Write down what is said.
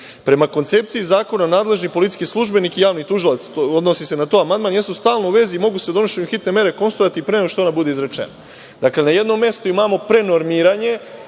Prema koncepciji zakona nadležni policijski službenik i javni tužilac, odnosi se na to amandman, jesu u stalnoj vezi i mogu se donošenjem hitne mere konsultovati pre nego što ona bude izrečena. Dakle, na jednom mestu imamo prenormiranje